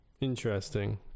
interesting